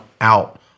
out